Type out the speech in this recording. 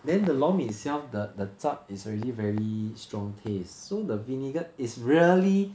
then the lor mee itself the the zhap is already very strong taste so the vinegar is really